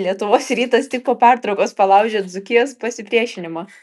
lietuvos rytas tik po pertraukos palaužė dzūkijos pasipriešinimą